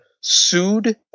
sued